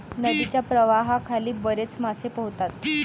नदीच्या प्रवाहाखाली बरेच मासे पोहतात